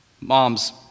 Moms